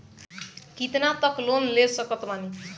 कितना तक लोन ले सकत बानी?